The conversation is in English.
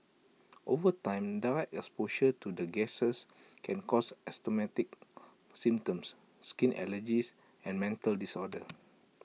over time direct exposure to the gases can cause asthmatic symptoms skin allergies and mental disorders